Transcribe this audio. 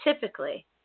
typically